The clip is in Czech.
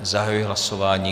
Zahajuji hlasování.